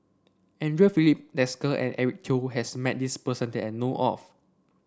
Andre Filipe Desker and Eric Teo has met this person that I know of